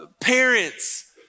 parents